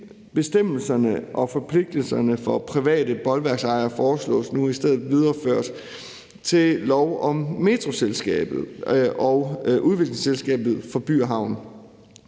bestemmelserne og forpligtelserne for private bolværksejere foreslås nu i stedet videreført til lov om Metroselskabet og Udviklingsselskabet for By & Havn.